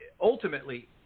ultimately